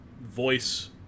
voice